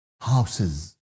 houses